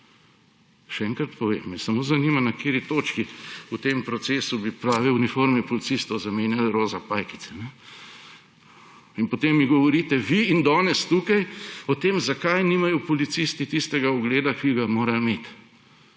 Še enkrat povem, me samo zanima, na kateri točki v tem procesu bi plave uniforme policistov zamenjali za roza pajkice. In potem mi govorite vi danes tukaj o tem, zakaj nimajo policisti tistega ugleda, ki ga morajo imeti.